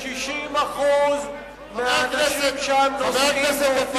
חבר הכנסת,